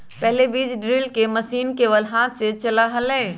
पहले बीज ड्रिल के मशीन केवल हाथ से चला हलय